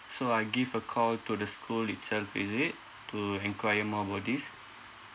so I give a call to the school itself is it to enquire more about this